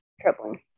troubling